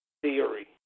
theory